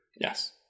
Yes